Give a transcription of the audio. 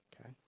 Okay